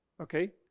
okay